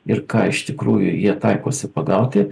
ir ką iš tikrųjų jie taikosi pagauti